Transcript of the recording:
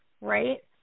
right